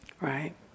right